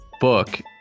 book